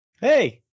Hey